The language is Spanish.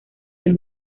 del